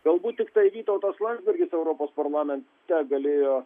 galbūt tiktai vytautas landsbergis europos parlamente galėjo